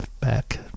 back